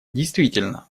действительно